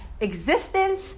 existence